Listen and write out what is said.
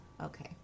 Okay